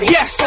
Yes